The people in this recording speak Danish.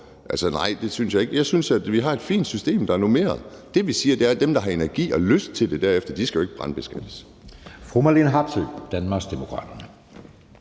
år? Nej, det synes jeg ikke. Jeg synes, vi har et fint system, der er normeret. Det, vi siger, er dem, der derefter har energi og lyst til det, jo ikke skal brandbeskattes.